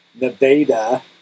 Nevada